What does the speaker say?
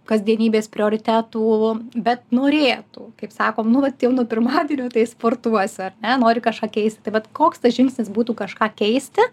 kasdienybės prioritetų bet norėtų kaip sakom nu vat jau nuo pirmadienio tai sportuosiu ar ne nori kažką keisti tai vat koks tas žingsnis būtų kažką keisti